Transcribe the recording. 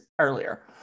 earlier